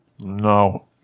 No